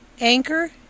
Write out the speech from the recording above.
Anchor